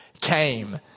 came